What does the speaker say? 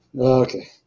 Okay